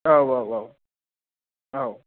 औ औ औ